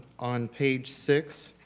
on page six,